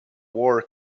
war